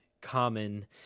common